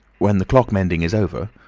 when the clock-mending is over,